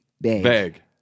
bag